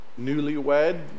newlywed